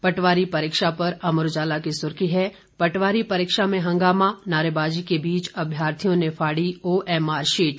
पटवारी परीक्षा पर अमर उजाला की सुर्खी है पटवारी परीक्षा में हंगामा नारेबाजी के बीच अभ्यर्थियों ने फाड़ी ओएमआर शीट